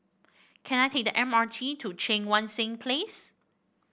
can I take the M R T to Cheang Wan Seng Place